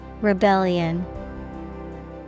Rebellion